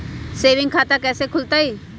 Saving खाता कैसे खुलतई?